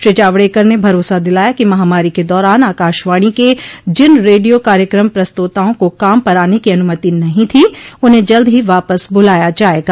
श्री जावड़ेकर ने भरोसा दिलाया कि महामारी के दौरान आकाशवाणी के जिन रेडियो कार्यक्रम प्रस्तोताओं को काम पर आने की अनुमति नहीं थी उन्हें जल्द ही वापस बुलाया जाएगा